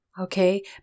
okay